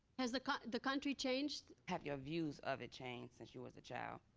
has the the country changed? have your views of it changed since you was a child?